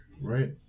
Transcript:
right